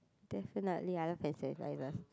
definitely I love hand sanitizer